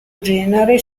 genere